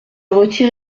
retire